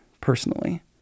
personally